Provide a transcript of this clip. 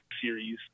series